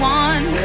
one